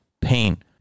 pain